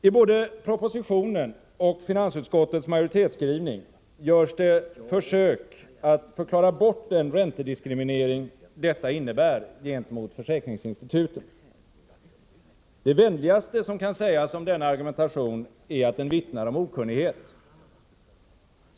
I både propositionen och finansutskottets majoritetsskrivning görs det försök att förklara bort den räntediskriminering detta innebär gentemot försäkringsinstituten. Det vänligaste som kan sägas om denna argumentation är att den vittnar om okunnighet.